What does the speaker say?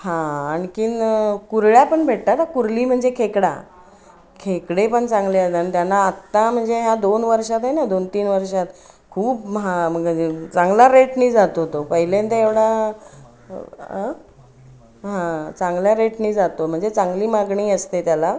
हां आणखीन कुर्ल्या पण भेटतात कुर्ली म्हणजे खेकडा खेकडे पण चांगले आहेत आणि त्यांना आत्ता म्हणजे ह्या दोन वर्षात आहे ना दोन तीन वर्षात खूप हा महाग मग चे चांगला रेटने जातो तो पहिल्यांदा एवढा हां चांगल्या रेटने जातो म्हणजे चांगली मागणी असते त्याला